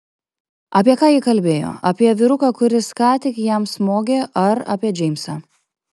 apie ką ji kalbėjo apie vyruką kuris ką tik jam smogė ar apie džeimsą